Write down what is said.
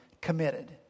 committed